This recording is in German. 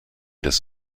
des